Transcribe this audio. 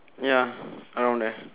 ya around there